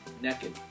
naked